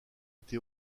été